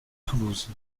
toulouse